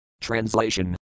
Translation